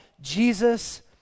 Jesus